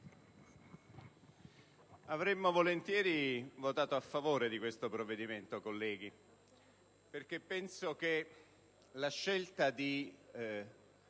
avremmo volentieri votato a favore di questo provvedimento, perché penso che la scelta di